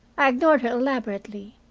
i ignored her elaborately,